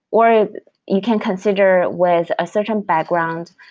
or you can consider with a certain background,